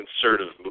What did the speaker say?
conservative